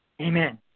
Amen